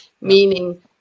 meaning